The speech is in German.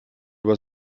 über